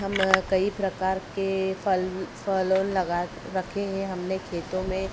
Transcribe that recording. हम कई प्रकार के फल फल उल लगा रखे हैं हमने खेतों में